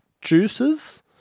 juices